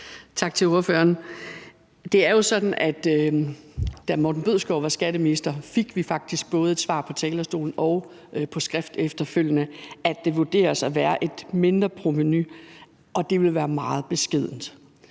Tak til ordføreren. Det er jo sådan, at da Morten Bødskov var skatteminister, fik vi faktisk både det svar fra talerstolen og på skrift efterfølgende, at det vurderes at være et mindre provenu, og at det ville være meget beskedent.